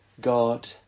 God